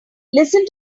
listen